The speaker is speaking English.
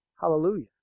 Hallelujah